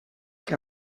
que